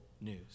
news